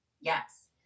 yes